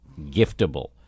giftable